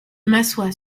m’assois